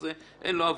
ולאדם הזה אין עבודה.